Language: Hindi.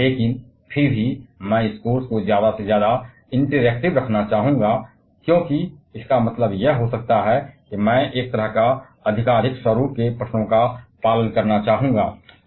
लेकिन फिर भी मैं इस कोर्स को ज्यादा से ज्यादा इंटरटेनिंग रखना चाहूंगा क्योंकि इसका मतलब यह हो सकता है कि मैं ज्यादा से ज्यादा सवालों को फॉलो करूं क्योंकि मैं एक तरह का पैटर्न पसंद करता हूं